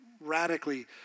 radically